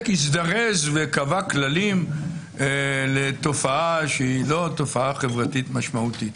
הזדרז וקבע כללים לתופעה שאינה תופעה חברתית משמעותית.